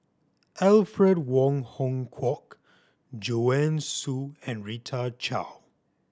Alfred Wong Hong Kwok Joanne Soo and Rita Chao